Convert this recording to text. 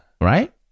Right